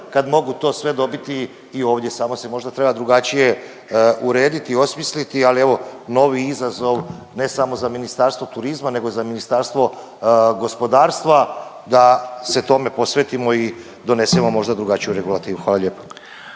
kad mogu to sve dobiti i ovdje, samo se možda treba drugačije urediti i osmisliti, ali evo, novi izazov, ne samo za Ministarstvo turizma, nego i za Ministarstvo gospodarstva, da se tome posvetimo i donesemo možda drugačiju regulativu. Hvala lijepo.